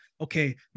okay